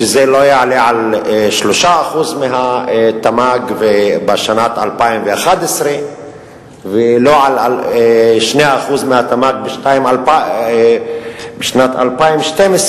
שזה לא יעלה על 3% מהתמ"ג בשנת 2011 ולא על 2% מהתמ"ג בשנת 2012,